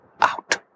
out